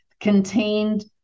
contained